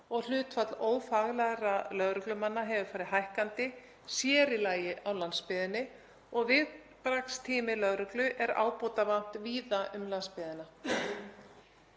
hlutfall ófaglærðra lögreglumanna hefur farið hækkandi, sér í lagi á landsbyggðinni og viðbragðstíma lögreglu er ábótavant víða um landsbyggðina.